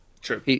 True